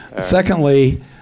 Secondly